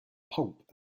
pulp